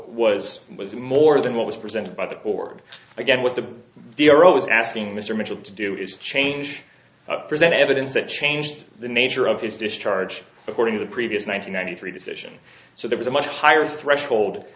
was was more than what was presented by the board again with the the arose asking mr mitchell to do exchange presented evidence that changed the nature of his discharge according to the previous ninety ninety three decision so there was a much higher threshold